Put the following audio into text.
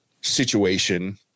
situation